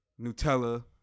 Nutella